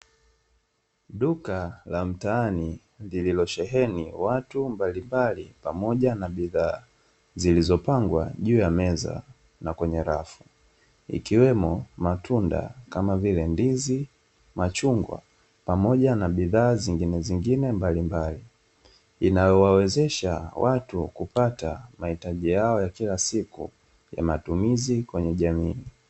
Duka la mtaani lililosheheni watu mbalimbali pamoja na bidhaa zilizopangwa juu ya meza na kwenye rafu, ikiwemo matunda kama vile: ndizi, machungwa pamoja na bidhaa zingine zingine mbalimbali, inayowawezesha watu kupata mahitaji yao ya kila siku na matumizi kwenye jamii.